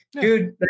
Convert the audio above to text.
dude